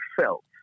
felt